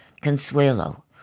Consuelo